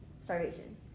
starvation